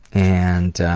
and